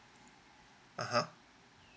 a'ah